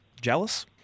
jealous